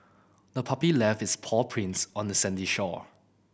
the puppy left its paw prints on the sandy shore